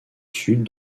sud